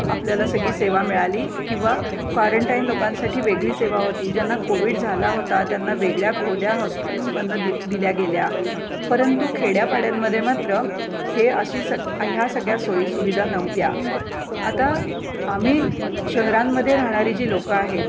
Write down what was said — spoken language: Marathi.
आपल्याला सगळी सेवा मिळाली किंवा क्वारंटाईन लोकांसाठी वेगळी सेवा होती ज्यांना कोविड झाला होता त्यांना वेगळ्या खोल्या हॉस्पिटल्समधून दि दिल्या गेल्या परंतु खेड्यापाड्यांमध्ये मात्र हे अशी सग ह्या सगळ्या सोयीसुविधा नव्हत्या आता आम्ही शहरांमध्ये राहणारी जी लोकं आहेत